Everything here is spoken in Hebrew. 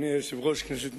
אדוני היושב-ראש, כנסת נכבדה,